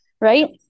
Right